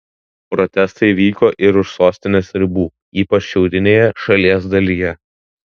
protestai vyko ir už sostinės ribų ypač šiaurinėje šalies dalyje